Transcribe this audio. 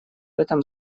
этом